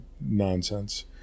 nonsense